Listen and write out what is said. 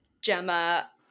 Gemma